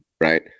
right